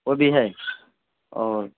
وہ بھی ہے اور